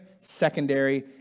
secondary